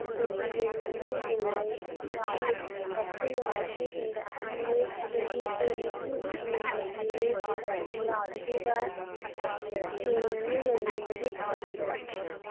ꯍꯥꯏꯕꯗꯤ ꯌꯦꯟ ꯉꯥꯅꯨ ꯂꯣꯏꯕꯒꯤ ꯋꯥꯈꯜꯂꯣꯟ ꯑꯁꯤ ꯍꯦꯟꯒꯠꯍꯜꯂꯤ ꯍꯥꯏꯕꯗꯤ ꯍꯦꯟꯅꯁꯨ ꯅꯨꯡꯉꯥꯏꯍꯜꯂꯤ ꯑꯗꯨꯒ ꯌꯦꯟ ꯉꯥꯅꯨ ꯂꯣꯏꯅꯤꯡꯕꯒꯤ ꯊꯧꯅꯥꯁꯨ ꯍꯥꯞꯀꯠꯂꯤ